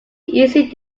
easily